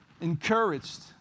encouraged